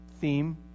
theme